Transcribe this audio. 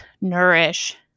nourish